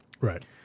Right